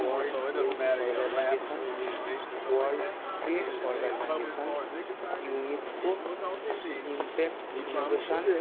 world health organisation world trade organisation UNESCO impact innovation